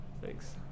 Thanks